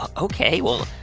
ok, well,